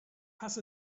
has